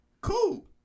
cool